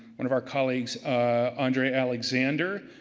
one of our colleagues, andre alexander.